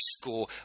score